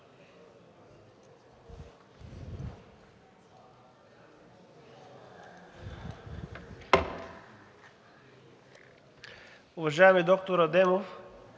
Уважаеми доктор Адемов,